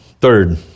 Third